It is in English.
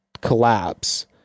collapse